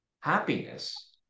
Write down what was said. happiness